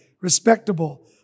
respectable